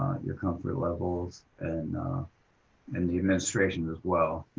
your comfort levels, and and the administration, as well,